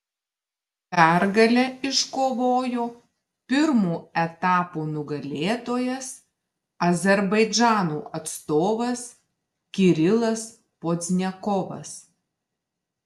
pergalę iškovojo pirmo etapo nugalėtojas azerbaidžano atstovas kirilas pozdniakovas